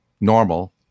normal